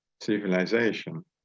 civilization